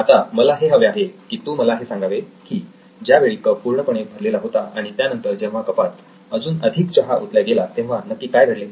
आता मला हे हवे आहे की तू मला हे सांगावे की ज्यावेळी कप पूर्णपणे भरला होता आणि त्यानंतर जेव्हा कपात अजून अधिक चहा ओतल्या गेला तेव्हा नक्की काय घडले